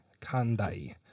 Kandai